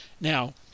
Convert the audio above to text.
Now